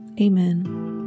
Amen